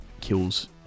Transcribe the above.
kills